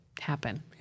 happen